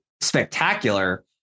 spectacular